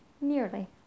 nearly